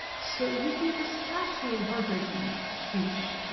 so he gave this absolutely heartbreaking speech